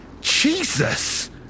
Jesus